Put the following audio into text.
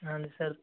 हाँ जी सर